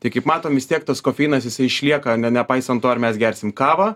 tai kaip matom vis tiek tas kofeinas jisai išlieka ne nepaisant to ar mes gersim kavą